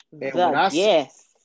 yes